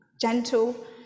gentle